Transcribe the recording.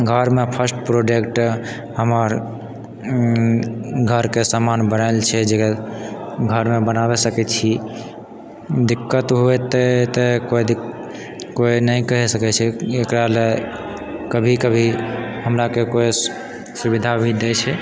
घरमे first product हमर घरके सामान बनायल छै जकरा घरमे बनाबऽ सकै छी दिक्कत होतै तऽ कोइ नहि कहि सकै छै एकरा लए कभी कभी हमरा कोइ कोइ सुविधा भी दै छै